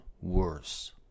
worse